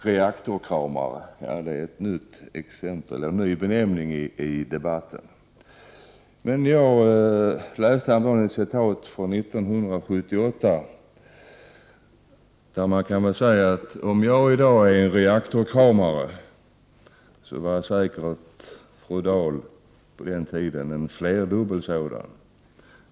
”Reaktorkramare” var ett nytt exempel på benämning i debatten. Jag läste häromdagen ett citat ur ett uttalande från 1978, och jag måste säga att om jag i dag är en reaktorkramare var fru Dahl på den tiden en flerdubbel sådan.